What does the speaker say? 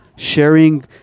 sharing